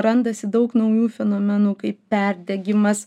randasi daug naujų fenomenų kaip perdegimas